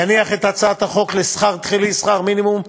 יניח את הצעת חוק לשכר תחילי, שכר מינימום.